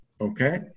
Okay